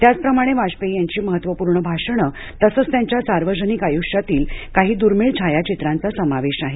त्याचप्रमाणे वाजपेयी यांची महत्वपूर्ण भाषणं तसंच त्यांच्या सार्वजनिक आयुष्यातील काही दुर्मिळ छायाचित्रांचा समावेश आहे